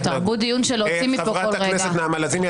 כי תרבות הדיון להוציא מתוכו -- חברת הכנסת נעמה לזימי,